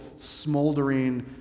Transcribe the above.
smoldering